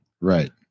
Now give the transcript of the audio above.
right